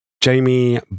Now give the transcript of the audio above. Jamie